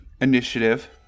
initiative